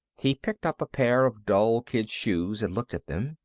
he picked up a pair of dull kid shoes and looked at them.